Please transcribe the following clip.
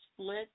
split